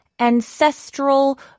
Ancestral